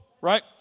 right